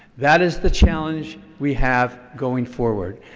that is the challenge we have going forward.